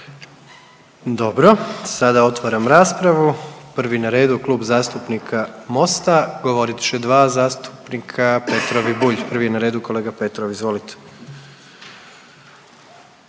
Dobro. Sada otvaram raspravu. Prvi na redu Kluba zastupnika Mosta, govorit će 2 zastupnika, Petrov i Bulj. Prvi je na redu kolega Petrov. Izvolite.